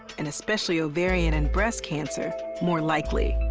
and especially ovarian and breast cancer more likely.